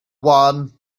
one